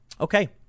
Okay